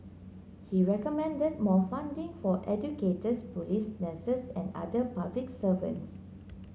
he recommended more funding for educators police nurses and other public servants